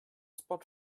spot